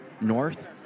north